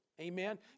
Amen